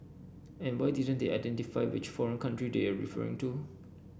and why didn't they identify which foreign country they're referring to